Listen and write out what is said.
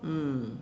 mm